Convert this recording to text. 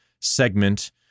segment